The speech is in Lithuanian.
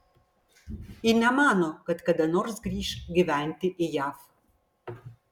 ji nemano kad kada nors grįš gyventi į jav